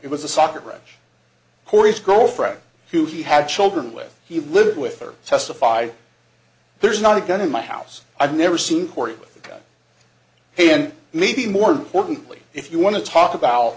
it was a soccer grudge cory's girlfriend who he had children with he lived with her testified there's not a gun in my house i've never seen corey and maybe more importantly if you want to talk about